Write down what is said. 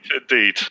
indeed